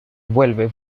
vuelve